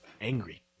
angry